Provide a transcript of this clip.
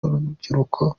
n’urubyiruko